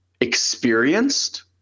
experienced